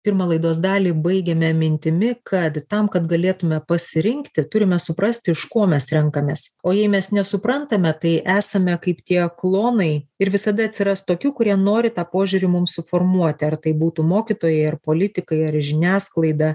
pirmą laidos dalį baigėme mintimi kad tam kad galėtume pasirinkti turime suprasti iš ko mes renkamės mes nesuprantame tai esame kaip tie klonai ir visada atsiras tokių kurie nori tą požiūrį mums suformuoti ar tai būtų mokytojai ar politikai ar žiniasklaida